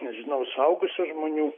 nežinau suaugusių žmonių